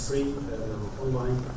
free online,